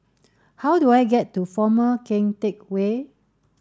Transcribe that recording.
how do I get to Former Keng Teck Whay